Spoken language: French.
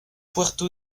puerto